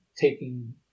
taking